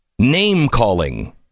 Name-calling